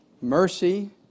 Mercy